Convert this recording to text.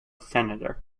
senator